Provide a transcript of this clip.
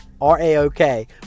R-A-O-K